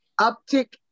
Uptick